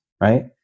right